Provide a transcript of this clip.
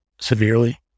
severely